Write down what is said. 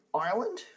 Ireland